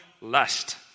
lust